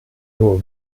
nur